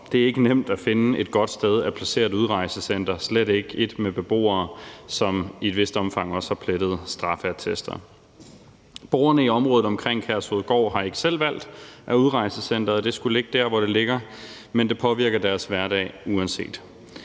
Det er ikke nemt at finde et godt sted at placere et udrejsecenter, og slet ikke et med beboere, som i et vist omfang også har plettede straffeattester. Borgerne i området omkring Kærshovedgård har ikke selv valgt, at udrejsecenteret skulle ligge der, hvor det ligger, men det påvirker deres hverdag uanset